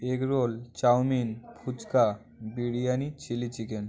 egg roll chowmein phuchka biryani chilli chicken